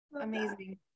Amazing